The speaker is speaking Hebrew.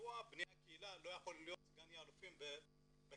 מדוע בני הקהילה לא יכולים להיות סגני אלופים בקבע?